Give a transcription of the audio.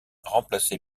remplacé